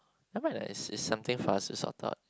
nevermind lah it's it's something fast is your thought